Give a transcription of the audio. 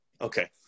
Okay